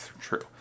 true